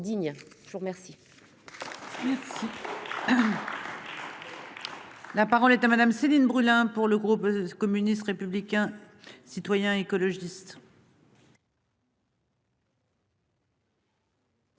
Je vous remercie.